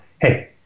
hey